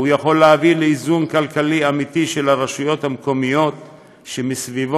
והוא יכול להביא לאיזון כלכלי אמיתי של הרשויות המקומיות שמסביבו,